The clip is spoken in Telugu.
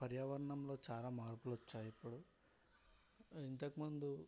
పర్యావరణంలో చాలా మార్పులు వచ్చాయి ఇప్పుడు ఇంతకు ముందు